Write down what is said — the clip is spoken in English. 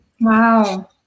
Wow